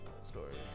Story